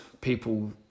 people